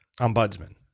Ombudsman